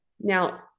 Now